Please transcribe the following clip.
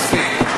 מספיק.